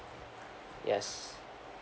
yes